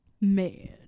Man